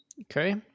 Okay